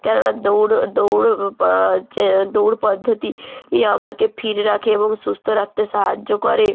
কেননা দৌড় দৌড় হচ্ছে দৌড় পদ্ধতি আমাকে ফিট রাখে এবং সুস্থ রাখতে সাহায্য করে